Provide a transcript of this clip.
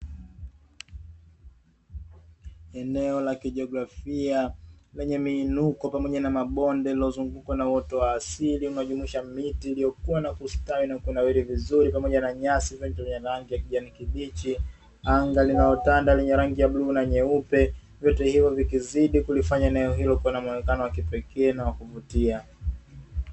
Eneo la kijiografia lenye miinuko pamoja na mabonde iliyozungukwa na uoto wa asili inayojumuisha miti iliyokua na kustawi na kunawiri vizuri, pamoja na nyasi za kijani kibichi, anga linalotanda lenye rangi ya bluu na nyeupe vyote hivo vikizidi kulifanya eneo hilo liwe na muonekano wa kipekee na kuvutia.